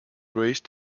raised